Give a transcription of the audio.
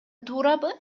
туурабы